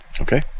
okay